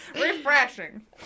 Refreshing